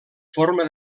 forma